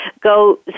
go